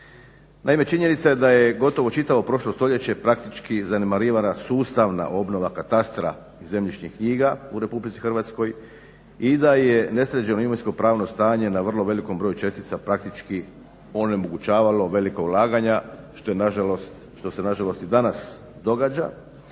Naime, činjenica je da je gotovo čitavo prošlo stoljeće praktički zanemarivana sustavna obnova katastra i zemljišnih knjiga u Republici Hrvatskoj i da je nesređeno imovinsko-pravno stanje na vrlo velikom broju čestica praktički onemogućavalo velika ulaganja što je nažalost, što